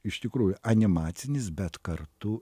iš tikrųjų animacinis bet kartu